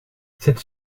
cette